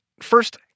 First